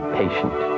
patient